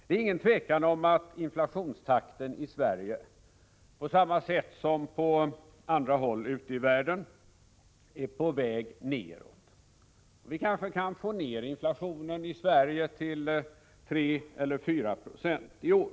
Det är inget tvivel om att inflationstakten i Sverige — på samma sätt som på andra håll ute i världen — är på väg nedåt, och vi kanske kan få ner inflationen i Sverige till 3 eller 4 96 i år.